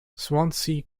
swansea